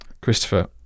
Christopher